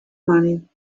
money